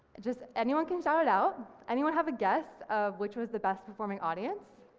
just anyone can shout it out, anyone have a guess of which was the best performing audience?